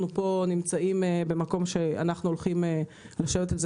אנחנו נמצאים במקום שאנחנו לוקחים את זה